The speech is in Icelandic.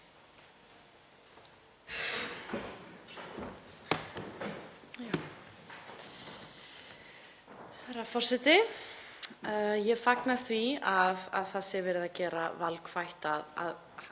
Herra forseti. Ég fagna því að það sé verið að gera það valkvætt að